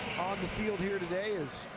the field here today is